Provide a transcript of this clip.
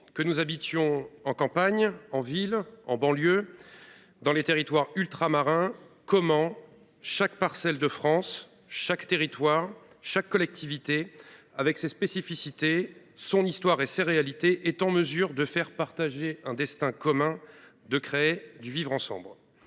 que nous habitions à la campagne, en ville, en banlieue ou dans les territoires ultramarins, comment chaque parcelle de France, chaque territoire, chaque collectivité, avec ses spécificités, son histoire et ses réalités, est il en mesure de donner à partager un destin commun et de créer du vivre ensemble ?